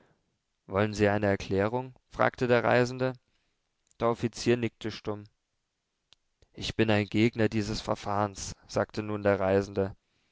wollen sie eine erklärung fragte der reisende der offizier nickte stumm ich bin ein gegner dieses verfahrens sagte nun der reisende